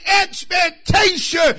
expectation